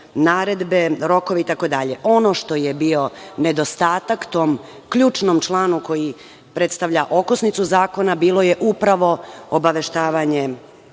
naredbe, rokove itd. Ono što je bio nedostatak tom ključnom članu koji predstavlja okosnicu zakona, bilo je upravo obaveštavanje